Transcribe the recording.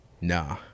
nah